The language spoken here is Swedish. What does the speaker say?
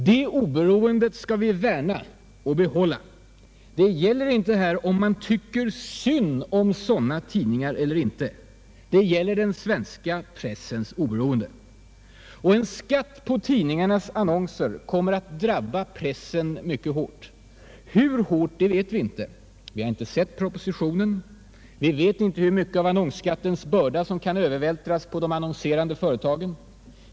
Det oberoendet skall vi värna om och behålla. Det gäller inte här om man »tycker synd om» sådana tidningar eller inte, det gäller den svenska pressens oberoende. En skatt på tidningarnas annonser kommer att drabba pressen mycket hårt. Hur hårt vet vi inte. Vi har inte sett propositionen. Vi vet inte hur mycket av annonsskattens börda som kan övervältras på de annonserande företagen.